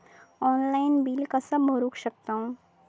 Online bill कसा करु शकतव?